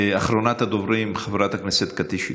אחרונת הדוברים, חברת הכנסת קטי שטרית.